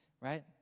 right